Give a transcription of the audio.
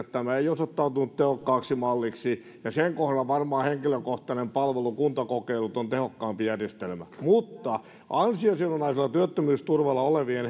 tämä ei osoittautunut tehokkaaksi malliksi ja sen kohdalla varmaan henkilökohtainen palvelu kuntakokeilut on tehokkaampi järjestelmä mutta ansiosidonnaisella työttömyysturvalla olevien